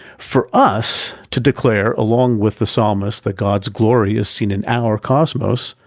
for us to declare along with the psalmist that god's glory is seen in our cosmos,